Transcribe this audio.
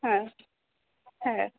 হ্যাঁ হ্যাঁ